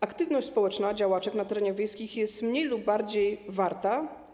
Aktywność społeczna działaczek na terenach wiejskich jest mniej lub więcej warta.